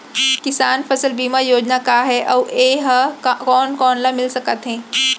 किसान फसल बीमा योजना का हे अऊ ए हा कोन कोन ला मिलिस सकत हे?